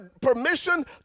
permission